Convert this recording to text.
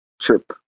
trip